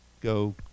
go